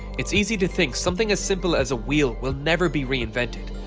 it's easy to think something as simple as a wheel will never be reinvented,